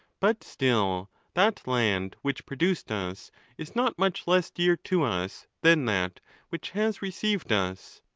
but still that land which produced us is not much less dear to us than that which has received us.